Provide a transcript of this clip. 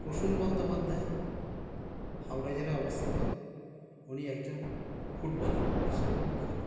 প্রসূন বন্দ্যোপাধ্যায় হাওড়া জেলায় অবস্থিত উনি একজন ফুটবলার হিসাবে বিখ্যাত